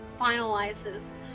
finalizes